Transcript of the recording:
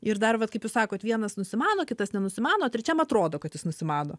ir dar vat kaip jūs sakot vienas nusimano kitas nenusimano trečiam atrodo kad jis nusimano